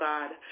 God